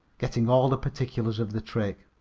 getting all the particulars of the trick.